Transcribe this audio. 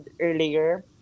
earlier